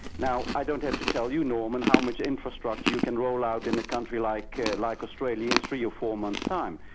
now, i don't have to tell you, norman, how much infrastructure you can roll out in a country like like australia in three or four months' time.